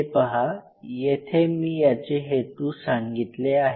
हे पहा येथे मी याचे हेतू सांगितले आहेत